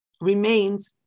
remains